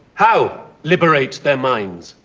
how? liberate their minds.